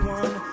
one